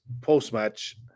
post-match